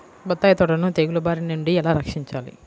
బత్తాయి తోటను తెగులు బారి నుండి ఎలా రక్షించాలి?